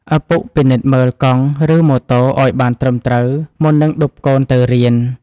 ឪពុកពិនិត្យមើលកង់ ឬម៉ូតូឱ្យបានត្រឹមត្រូវ មុននឹងឌុបកូនទៅរៀន។